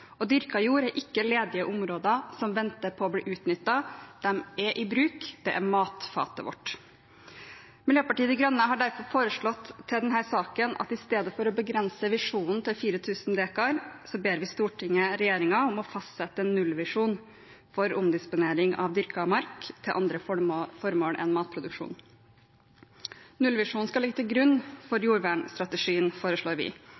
jord er ikke ledige områder som venter på å bli utnyttet – de er i bruk, det er matfatet vårt. Miljøpartiet De Grønne har derfor foreslått til denne saken at i stedet for å begrense visjonen til 4 000 dekar, ber vi Stortinget og regjeringen om å fastsette en nullvisjon for omdisponering av dyrket mark til andre formål enn matproduksjon. Nullvisjonen skal ligge til grunn for jordvernstrategien, foreslår vi.